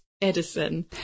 Edison